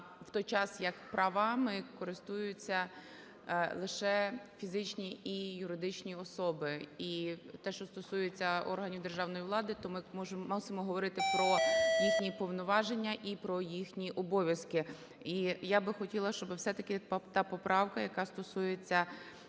в той час, як правами користуються лише фізичні і юридичні особи. І те, що стосується органів державної влади, то ми можемо максимум говорити про їхні повноваження і про їхні обов’язки. І я би хотіла, щоби все-таки та поправка, яка стосується